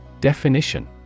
Definition